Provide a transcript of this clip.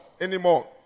anymore